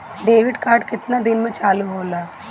Debit card केतना दिन में चालु होला?